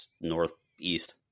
northeast